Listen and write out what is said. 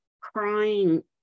crying